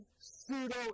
pseudo